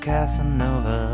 Casanova